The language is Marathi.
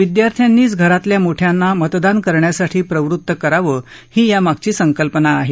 विद्यार्थ्यांनीच घरातल्या मोठ्यांना मतदान करण्यासाठी प्रवृत्त करावं ही या मागची संकल्पना आहे